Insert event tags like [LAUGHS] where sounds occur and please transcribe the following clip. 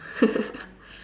[LAUGHS]